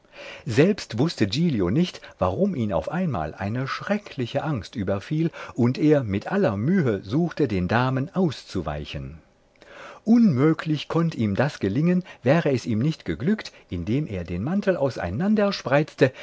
selbst wußte giglio nicht warum ihn auf einmal eine schreckliche angst überfiel und er mit aller mühe suchte den damen auszuweichen unmöglich könnt ihm das gelingen wäre es ihm nicht geglückt indem er den mantel auseinanderspreizte